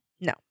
No